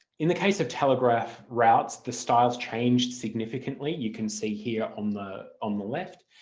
in the case of telegraph routes the styles changed significantly, you can see here on the on the left.